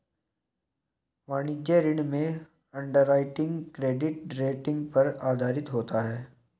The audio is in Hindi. वाणिज्यिक ऋण में अंडरराइटिंग क्रेडिट रेटिंग पर आधारित होता है